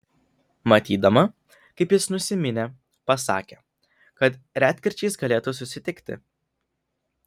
matydama kaip jis nusiminė pasakė kad retkarčiais galėtų susitikti